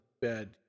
bed